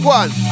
one